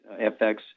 FX